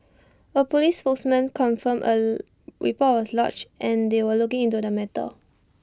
A Police spokesman confirmed A report was lodged and that they were looking into the matter